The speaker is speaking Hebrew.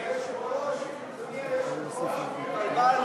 אדוני היושב-ראש, התבלבלנו.